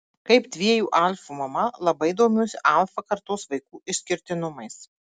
kaip dviejų alfų mama labai domiuosi alfa kartos vaikų išskirtinumais